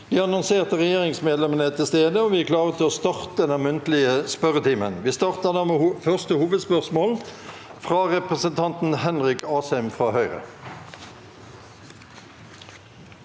De annonserte regjeringsmedlemmene er til stede, og vi er klare til å starte den muntlige spørretimen. Vi starter da med første hovedspørsmål, fra representanten Henrik Asheim. Henrik